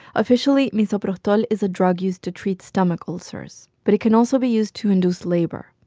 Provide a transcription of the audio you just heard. officially, misoprostol is a drug used to treat stomach ulcers. but it can also be used to induce labor.